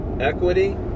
equity